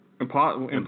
Impossible